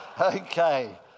Okay